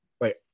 wait